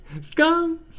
scum